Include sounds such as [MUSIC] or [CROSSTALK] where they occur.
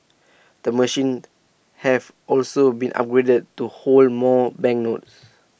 the machine [UNINTELLIGIBLE] have also been upgraded to hold more banknotes